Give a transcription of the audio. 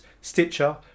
Stitcher